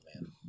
man